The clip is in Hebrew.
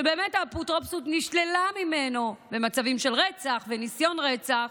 שבאמת האפוטרופסות נשללה ממנו במצבים של רצח וניסיון רצח,